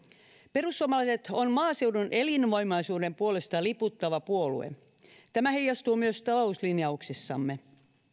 perussuomalaiset on maaseudun elinvoimaisuuden puolesta liputtava puolue tämä heijastuu myös talouslinjauksissamme